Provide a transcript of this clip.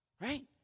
Right